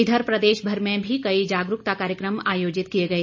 इधर प्रदेश भर में भी कई जागरूकता कार्यक्रम आयोजित किए गए